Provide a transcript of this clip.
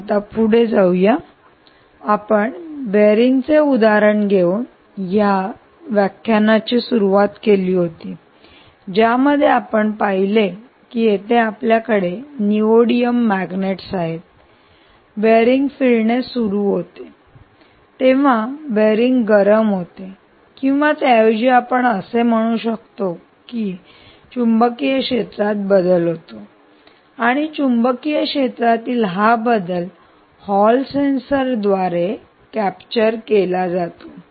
चला आता पुढे जाऊया आपण बेअरिंगचे उदाहरण देऊन या व्याख्यानाची सुरुवात केली होती ज्यामध्ये आपण पाहिले की येथे आपल्याकडे निओडीमियम मॅग्नेट आहेत बेअरिंग फिरणे सुरू होते तेव्हा बेअरिंग गरम होते किंवा त्याऐवजी आपण म्हणू शकतो की चुंबकीय क्षेत्रात बदल होतो आणि चुंबकीय क्षेत्रातील हा बदल हॉल सेन्सर द्वारे कॅप्चर केला जातो